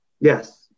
Yes